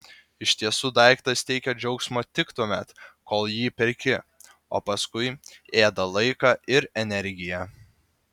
iš tiesų daiktas teikia džiaugsmo tik tuomet kol jį perki o paskui ėda laiką ir energiją